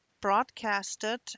broadcasted